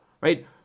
right